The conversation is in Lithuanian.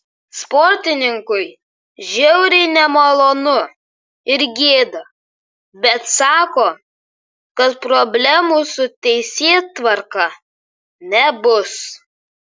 sportininkui žiauriai nemalonu ir gėda bet sako kad problemų su teisėtvarka nebus